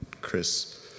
Chris